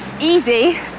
easy